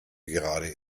gerade